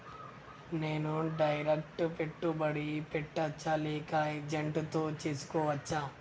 నేను డైరెక్ట్ పెట్టుబడి పెట్టచ్చా లేక ఏజెంట్ తో చేస్కోవచ్చా?